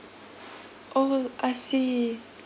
orh I see